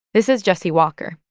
this is jesse walker,